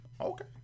Okay